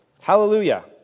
Hallelujah